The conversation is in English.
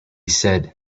said